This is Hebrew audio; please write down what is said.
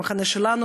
במחנה שלנו,